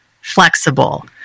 flexible